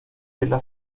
della